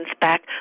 back